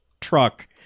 truck